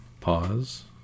Pause